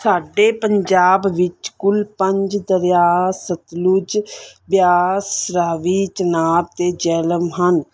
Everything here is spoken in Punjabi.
ਸਾਡੇ ਪੰਜਾਬ ਵਿੱਚ ਕੁੱਲ ਪੰਜ ਦਰਿਆ ਸਤਲੁਜ ਬਿਆਸ ਰਾਵੀ ਚਨਾਬ ਅਤੇ ਜੇਹਲਮ ਹਨ